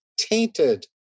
tainted